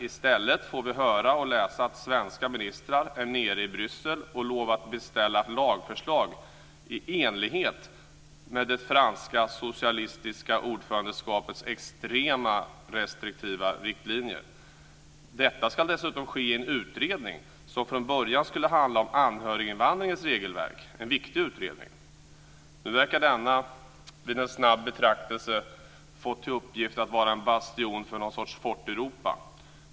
I stället får vi höra och läsa att svenska ministrar är nere i Bryssel och lovar att beställa ett lagförslag i enlighet med det franska socialistiska ordförandeskapets extrema restriktiva riktlinjer. Detta ska dessutom ske i en utredning som från början skulle handla om anhöriginvandringens regelverk. Det är en viktig utredning. Nu verkar denna vid en snabb betraktelse fått till uppgift att vara en bastion för någon sorts Fort Europa.